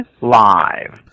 live